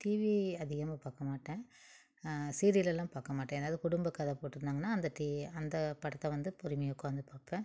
TV அதிகமாக பார்க்கமாட்டேன் சீரியலெல்லாம் பார்க்கமாட்டேன் ஏதாவது குடும்ப கதை போட்டிருந்தாங்கனா அந்த டி அந்த படத்தை வந்து பொறுமையாக உட்காந்து பார்ப்பேன்